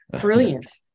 brilliant